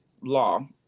law